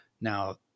Now